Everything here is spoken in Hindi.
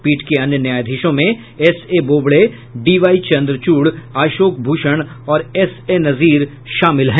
पीठ के अन्य न्यायाधीशों में S A Bobde D Y Chandrachud Ashok Bhushan और एसए नजीर शामिल हैं